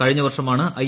കഴിഞ്ഞ വർഷമാണ് ഐ